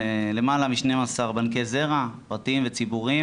למעלה מ-12 בנקי זרע פרטיים וציבוריים